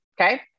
Okay